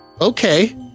Okay